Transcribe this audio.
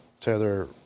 tether